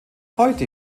heute